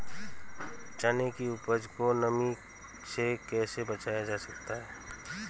चने की उपज को नमी से कैसे बचाया जा सकता है?